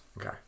Okay